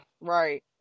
right